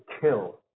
kill